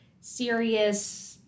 serious